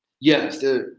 Yes